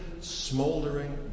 smoldering